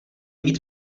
mít